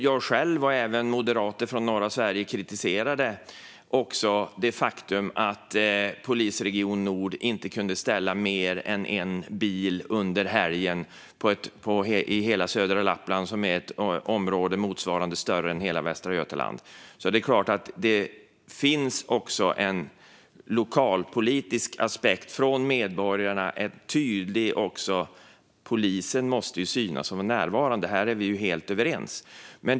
Jag själv och även moderater från norra Sverige kritiserade också det faktum att polisregion Nord inte kunde ställa mer än en bil till förfogande under helgen i hela södra Lappland, som är ett område som är större än hela Västra Götaland. Det är klart att det också finns en lokalpolitisk aspekt hos medborgarna. Polisen måste synas och vara närvarande. Här är vi helt överens.